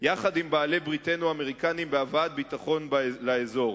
יחד עם בעלי-בריתנו האמריקנים בהבאת ביטחון לאזור.